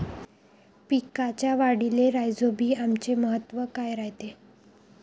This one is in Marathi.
पिकाच्या वाढीले राईझोबीआमचे महत्व काय रायते?